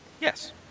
Yes